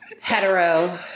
hetero